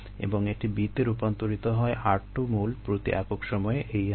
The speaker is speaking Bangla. এবং এটি B তে রূপান্তরিত হয় r2 মোল প্রতি একক সময়ে এই হারে